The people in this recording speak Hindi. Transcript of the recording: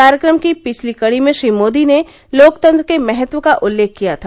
कार्यक्रम की पिछली कड़ी में श्री मोदी ने लोकतंत्र के महत्व का उल्लेख किया था